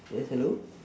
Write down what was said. yes hello